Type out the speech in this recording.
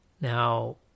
Now